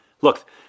Look